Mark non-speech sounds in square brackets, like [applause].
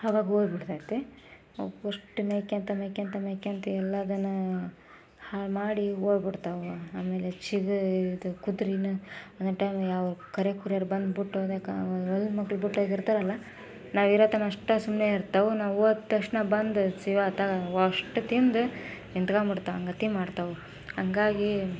ಆವಾಗ ಹೋಗ್ಬಿಡ್ತೈತೆ ಫಸ್ಟ್ ಮೇಯ್ಕೊಂತಾ ಮೇಯ್ಕೊಳ್ತಾ ಮೇಯ್ಕೊಳ್ತಾ ಎಲ್ಲ ದನ ಹಾಳ್ಮಾಡಿ ಹೋಗ್ಬಿಡ್ತಾವ ಆಮೇಲೆ ಚಿಗುರಿ ಇದು ಕುದ್ರೆನಾ ಒಂದೊಂದು ಟೈಮ್ ಯಾವ ಕರೆ ಕುರಿಯೋರು ಬಂದ್ಬಿಟ್ಟು ಅದಕ್ಕೆ [unintelligible] ಬಿಟ್ಟೋಗಿರ್ತಾರಲ್ಲ ನಾವು ಇರೋ ತನ ಅಷ್ಟೇ ಸುಮ್ಮನೆ ಇರ್ತಾವೆ ನಾವು ಹೋದ ತಕ್ಷಣ ಬಂದ ಶಿವಾ ತಕೋವಷ್ಟು ತಿಂದು ನಿತ್ಕೊಂಡ್ಬಿಡ್ತಾವ ಒಂದು ಗತಿ ಮಾಡ್ತಾವೆ ಹಾಗಾಗಿ